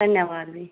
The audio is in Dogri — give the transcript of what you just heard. धन्नवाद जी